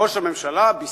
ראש הממשלה בישר,